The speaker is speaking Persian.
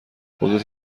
خودت